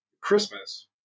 Christmas